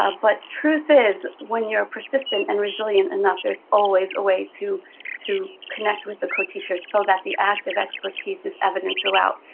ah but truth is, when you're persistent and resilient enough, there is always a way to to connect with the co-teacher, so the active expertise is evident throughout.